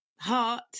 heart